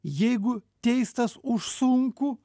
jeigu teistas už sunkų